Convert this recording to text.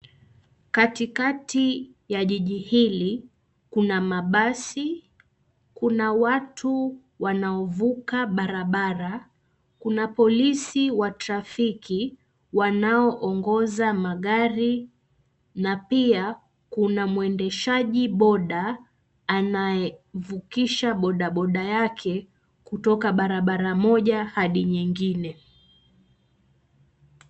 Katikati ya jiji hili kuna mabasi, kuna watu wanaovuka barabara, kuna polisi wa trafiki wanaoongoza magari na pia, kuna mwendeshaji boda anayevukisha bodaboda yake kutoka barabara moja hadi nyingine.